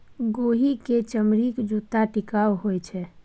गोहि क चमड़ीक जूत्ता टिकाउ होए छै